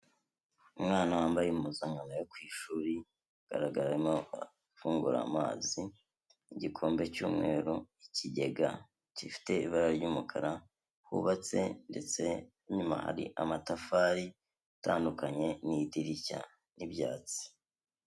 Umwana wambaye impuzankano yo ku ishuri, ibigaragara ko arimo afungura amazi, igikombe cy'umweru, ikigega gifite ibara ry'umukara hubatse ndetse inyuma hari amatafari atandukanye n'idirishya n'ibyatsi.